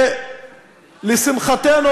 ולשמחתנו,